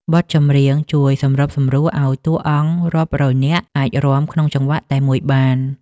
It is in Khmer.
បទចម្រៀងជួយសម្របសម្រួលឱ្យតួអង្គរាប់រយនាក់ អាចរាំក្នុងចង្វាក់តែមួយបាន។